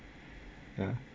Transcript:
ya